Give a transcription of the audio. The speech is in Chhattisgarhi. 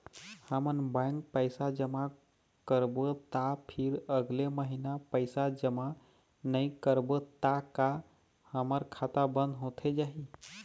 हमन बैंक पैसा जमा करबो ता फिर अगले महीना पैसा जमा नई करबो ता का हमर खाता बंद होथे जाही?